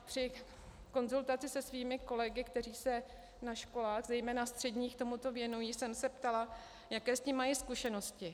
Při konzultaci se svými kolegy, kteří se na školách, zejména středních, tomu věnují, jsem se ptala, jaké s tím mají zkušenosti.